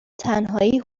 تنهایی